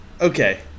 okay